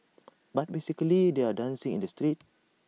but basically they're dancing in the streets